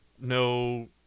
no